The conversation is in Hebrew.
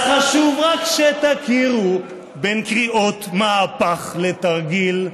/ אז חשוב רק שתכירו, בין קריאות "מהפך" לתרגיל,